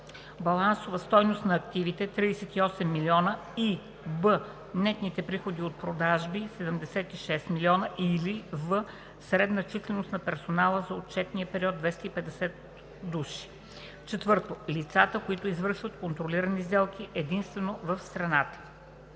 балансова стойност на активите – 38 млн. лв., и б) нетни приходи от продажби – 76 млн. лв., или в) средна численост на персонала за отчетния период – 250 души; 4. лицата, които извършват контролирани сделки единствено в страната.